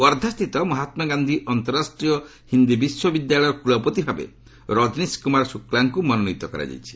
ୱାର୍ଦ୍ଧାସ୍ଥିତ ମହାତ୍କା ଗାନ୍ଧି ଅନ୍ତରାଷ୍ଟ୍ରୀୟ ହିନ୍ଦୀ ବିଶ୍ୱବିଦ୍ୟାଳୟର କ୍ୱଳପତି ଭାବେ ରଜନିସ୍ କୁମାର ଶୁକ୍ଲାଙ୍କୁ ମନୋନୀତ କରାଯାଇଛି